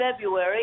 February